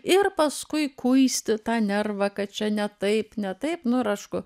ir paskui kuisti tą nervą kad čia netaip netaip nu ir ašku